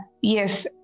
yes